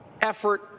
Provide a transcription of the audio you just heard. effort